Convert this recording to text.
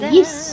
Yes